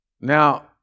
Now